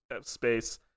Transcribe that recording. space